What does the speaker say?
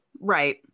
Right